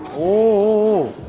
oh